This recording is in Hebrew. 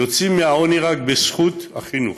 יוצאים מהעוני רק בזכות החינוך,